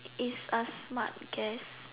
is a smart guess